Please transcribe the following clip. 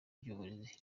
ry’uburezi